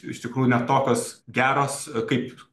iš tikrųjų ne tokios geros kaip